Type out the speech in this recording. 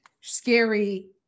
scary